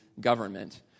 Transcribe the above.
government